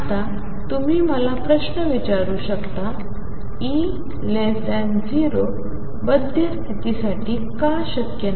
आता तुम्ही मला प्रश्न विचारू शकता E0 बाध्य स्थितीसाठी का शक्य नाही